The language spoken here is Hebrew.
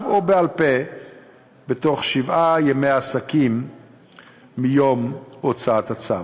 או בעל-פה בתוך שבעה ימי עסקים מיום הוצאת הצו.